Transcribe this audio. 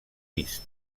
vist